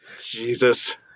Jesus